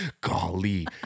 golly